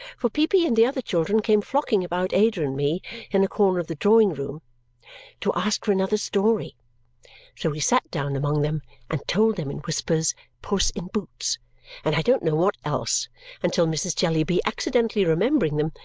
for peepy and the other children came flocking about ada and me in a corner of the drawing-room to ask for another story so we sat down among them and told them in whispers puss in boots and i don't know what else until mrs. jellyby, accidentally remembering them,